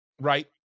Right